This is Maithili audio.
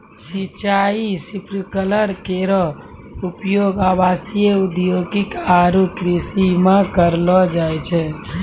सिंचाई स्प्रिंकलर केरो उपयोग आवासीय, औद्योगिक आरु कृषि म करलो जाय छै